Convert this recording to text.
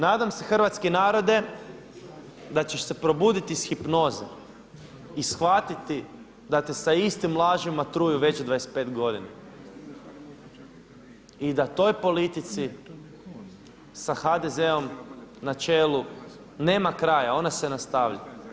Nadam se hrvatski narode da ćeš se probuditi iz hipnoze i shvatiti da te sa istim lažima truju već 25 godina i da toj politici sa HDZ-om na čelu nema kraja, ona se nastavlja.